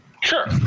Sure